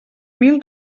mil